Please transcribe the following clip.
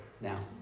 now